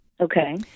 Okay